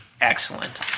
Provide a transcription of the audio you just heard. excellent